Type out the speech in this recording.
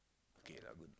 K lah good